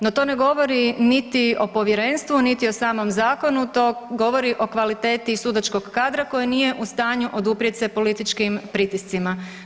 No to ne govori niti o povjerenstvu, niti o samom zakonu, to govori o kvaliteti sudačkog kadra koje nije u stanju oduprijet se političkim pritiscima.